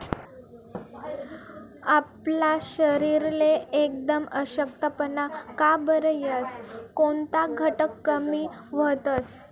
आपला शरीरले एकदम अशक्तपणा का बरं येस? कोनता घटक कमी व्हतंस?